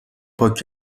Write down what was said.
پاک